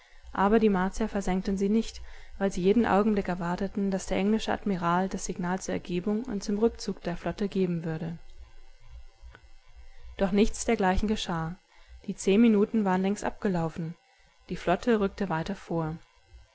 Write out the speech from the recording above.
aber die martier versenkten sie nicht weil sie jeden augenblick erwarteten daß der englische admiral das signal zur ergebung und zum rückzug der flotte geben würde doch nichts dergleichen geschah die zehn minuten waren längst abgelaufen die flotte rückte weiter vor